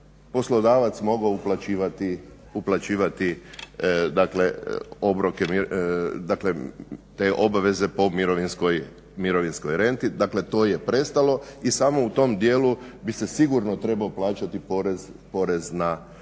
dakle obroke, dakle te obveze po mirovinskoj renti. Dakle, to je prestalo i samo u tom dijelu bi se sigurno trebao plaćati porez na dohodak